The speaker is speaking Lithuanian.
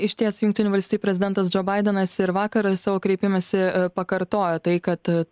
išties jungtinių valstijų prezidentas džo baidenas ir vakar savo kreipimęsi pakartojo tai kad